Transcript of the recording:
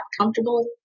comfortable